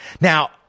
Now